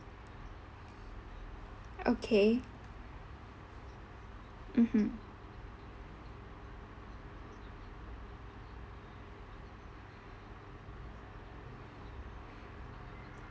okay mmhmm